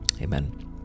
amen